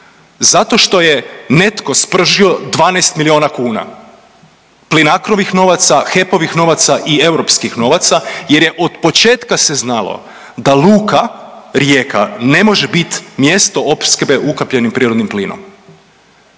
Zato što je netko spržio 12 milijuna kuna Plinacrovih novaca, HEP-ovih novaca i europskih novaca jer je od početka se znalo da luka Rijeka ne može bit mjesto opskrbe ukapljenim prirodnim plinom.